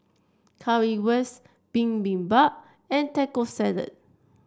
Currywurst Bibimbap and Taco Salad